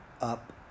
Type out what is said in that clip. up